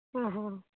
ᱦᱮᱸ ᱦᱮᱸ